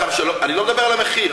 אני לא מדבר על המחיר.